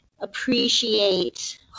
appreciate